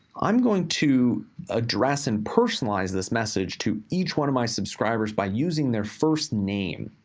i'm going to address and personalize this message to each one of my subscribers by using their first name.